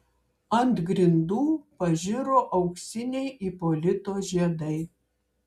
ant grindų pažiro auksiniai ipolito žiedai